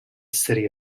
city